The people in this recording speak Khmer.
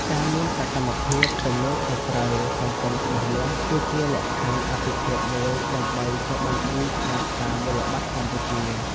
ការមានសកម្មភាពទំនួលខុសត្រូវសង្គមច្បាស់លាស់ គឺជាលក្ខខណ្ឌអាទិភាពមួយដើម្បីចុះបញ្ជីក្នុងផ្សារមូលបត្រកម្ពុជា។